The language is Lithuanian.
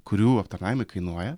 kurių aptarnavimai kainuoja